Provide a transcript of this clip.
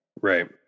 Right